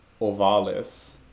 ovalis